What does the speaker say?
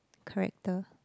character